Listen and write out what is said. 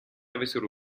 avessero